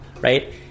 right